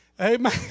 amen